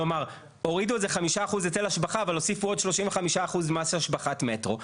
כלומר הורידו את זה 5% היטל השבחה אבל הוסיפו עוד 35% מס השבחת מטרו.